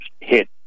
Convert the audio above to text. hit